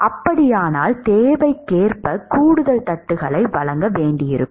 அப்படியானால் தேவைக்கேற்ப கூடுதல் தட்டுகளை வழங்க வேண்டியிருக்கும்